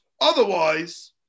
otherwise